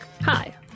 Hi